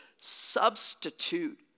substitute